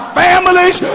families